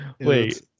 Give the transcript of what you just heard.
wait